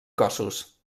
cossos